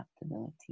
adaptability